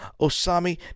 Osami